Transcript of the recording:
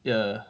ya